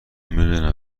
میدونم